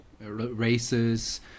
races